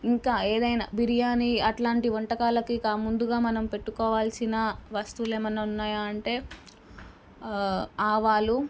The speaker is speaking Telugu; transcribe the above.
ఇంకా ఏదైనా బిర్యానీ ఆట్లాంటి వంటకాలకి ముందుగా మనం పెట్టుకోవాల్సిన వస్తువులు ఏమైనా ఉన్నాయా అంటే ఆవాలు